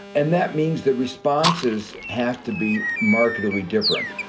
and that means that responses have to be markedly different.